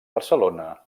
barcelona